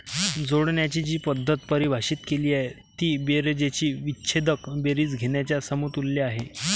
जोडण्याची जी पद्धत परिभाषित केली आहे ती बेरजेची विच्छेदक बेरीज घेण्याच्या समतुल्य आहे